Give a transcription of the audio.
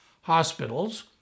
hospitals